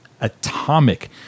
Atomic